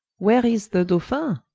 where is the dolphin?